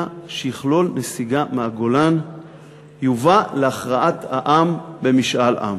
שיכלול נסיגה מהגולן יובא להכרעת העם במשאל עם.